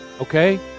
okay